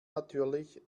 natürlich